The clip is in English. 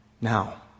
now